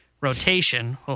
rotation